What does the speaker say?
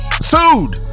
Sued